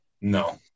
No